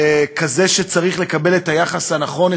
כזה שצריך לקבל את היחס הנכון,